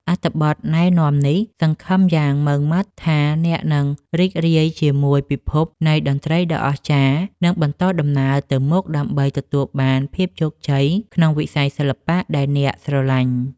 អត្ថបទណែនាំនេះសង្ឃឹមយ៉ាងមុតមាំថាអ្នកនឹងរីករាយជាមួយពិភពនៃតន្ត្រីដ៏អស្ចារ្យ និង បន្តដំណើរទៅមុខដើម្បីទទួលបានភាពជោគជ័យក្នុងវិស័យសិល្បៈដែលអ្នកស្រឡាញ់។